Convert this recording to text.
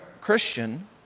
Christian